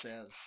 says